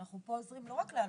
אנחנו פה עוזרים לא רק לאנשים,